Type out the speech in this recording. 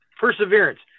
Perseverance